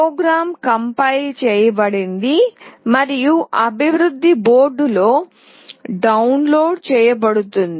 programme compile చేయబడింది మరియు అభివృద్ధి బోర్డులలో డౌన్లోడ్ చేయబడుతుంది